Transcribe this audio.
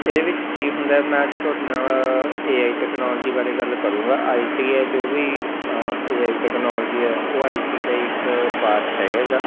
ਇਹਦੇ ਵਿੱਚ ਕੀ ਹੁੰਦਾ ਮੈਂ ਅੱਜ ਤੁਹਾਡੇ ਨਾਲ ਏ ਆਈ ਟੈਕਨੋਲਜੀ ਬਾਰੇ ਗੱਲ ਕਰੂੰਗਾ ਆਈ ਟੀ ਹੈ ਜੋ ਵੀ ਏ ਆਈ ਟੈਕਨੋਲਜੀ ਹੈ ਉਹ ਆਈ ਟੀ ਦਾ ਹੀ ਇੱਕ ਪਾਰਟ ਹੈਗਾ ਗਾ